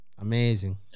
amazing